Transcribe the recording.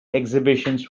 exhibitions